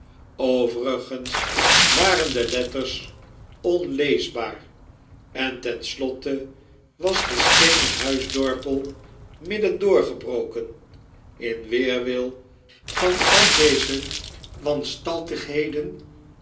overigens waren de letters onleesbaar en ten slotte was de steenen huisdorpel midden doorgebroken in weerwil van al deze